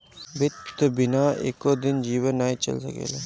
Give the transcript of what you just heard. वित्त बिना एको दिन जीवन नाइ चल सकेला